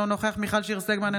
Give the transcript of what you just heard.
אינו נוכח מיכל שיר סגמן,